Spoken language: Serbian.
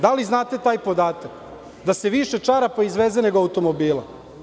Da li znate taj podatak da se više čarapa izveze nego automobila?